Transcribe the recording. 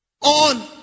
on